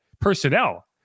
personnel